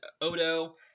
Odo